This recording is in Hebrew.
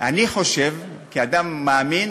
אני חושב, כאדם מאמין,